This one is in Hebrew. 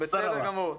בסדר גמור.